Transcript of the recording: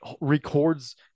records